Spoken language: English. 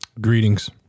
Greetings